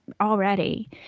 Already